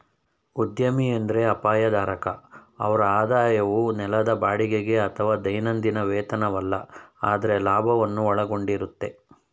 ಉದ್ಯಮಿ ಎಂದ್ರೆ ಅಪಾಯ ಧಾರಕ ಅವ್ರ ಆದಾಯವು ನೆಲದ ಬಾಡಿಗೆಗೆ ಅಥವಾ ದೈನಂದಿನ ವೇತನವಲ್ಲ ಆದ್ರೆ ಲಾಭವನ್ನು ಒಳಗೊಂಡಿರುತ್ತೆ